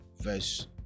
verse